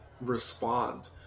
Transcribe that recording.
respond